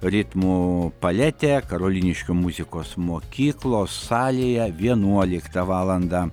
ritmų paletė karoliniškių muzikos mokyklos salėje vienuoliktą valandą